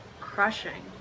crushing